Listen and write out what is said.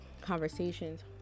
conversations